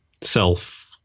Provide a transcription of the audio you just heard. self